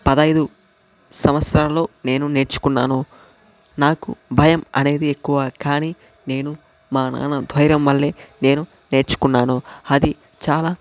పదహైదు సంవత్సరాలలో నేను నేర్చుకున్నాను నాకు భయం అనేది ఎక్కువ కానీ నేను మా నాన్న ధైర్యం వల్లే నేను నేర్చుకున్నాను అది చాలా